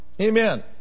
Amen